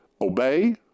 Obey